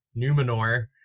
Numenor